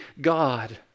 God